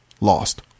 lost